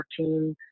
14